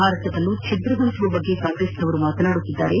ಭಾರತವನ್ನು ಛಿದ್ರಗೊಳಿಸುವ ಬಗ್ಗೆ ಕಾಂಗ್ರೆಸ್ನವರು ಮಾತನಾಡುತ್ತಿದ್ದಾರೆ